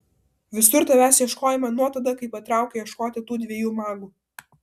visur tavęs ieškojome nuo tada kai patraukei ieškoti tų dviejų magų